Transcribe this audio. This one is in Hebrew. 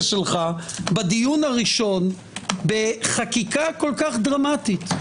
שלך בדיון הראשון בחקיקה כל כך דרמטית.